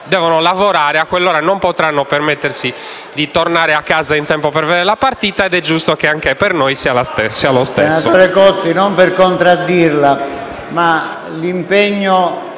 devono lavorare e a quell'ora non potranno permettersi di tornare a casa in tempo per vedere la partita, è giusto che anche per noi sia lo stesso.